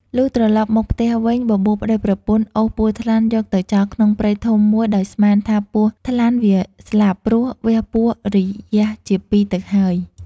លុះត្រលប់មកផ្ទះវិញបបួលប្ដីប្រពន្ធអូសពស់ថ្លាន់យកទៅចោលក្នុងព្រៃធំមួយដោយស្មាន ថាពស់ថ្លាន់វាស្លាប់ ព្រោះវះពោះរយះជាពីរទៅហើយ។